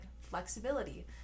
flexibility